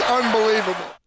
unbelievable